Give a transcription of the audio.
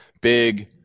big